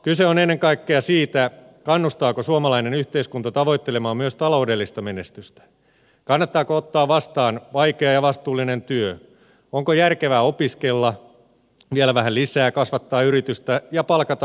kyse on ennen kaikkea siitä kannustaako suomalainen yhteiskunta tavoittelemaan myös taloudellista menestystä kannattaako ottaa vastaan vaikea ja vastuullinen työ onko järkevää opiskella vielä vähän lisää kasvattaa yritystä ja palkata uusi työntekijä